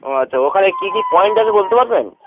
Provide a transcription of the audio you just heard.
ও আচ্ছা ওখানে কী কী পয়েন্ট আছে বলতে পারবেন